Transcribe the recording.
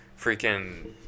freaking